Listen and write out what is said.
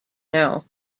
know